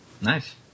Nice